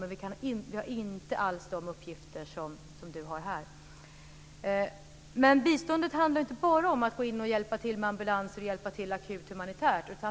Men vi har inte alls de uppgifter som Mats Odell har. Men biståndet handlar inte bara om att gå in och hjälpa till med ambulanser och med hjälp akut humanitärt.